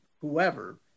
whoever